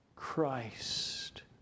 Christ